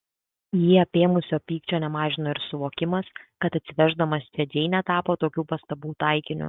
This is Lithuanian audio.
jį apėmusio pykčio nemažino ir suvokimas kad atsiveždamas čia džeinę tapo tokių pastabų taikiniu